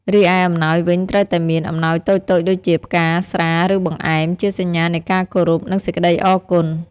រីឯអំណោយវិញត្រូវតែមាន អំណោយតូចៗដូចជា ផ្កា ស្រា ឬបង្អែម ជាសញ្ញានៃការគោរពនិងសេចក្ដីអរគុណ។